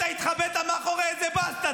אתה התחבאת מאחורי איזו בסטה,